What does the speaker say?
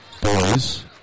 boys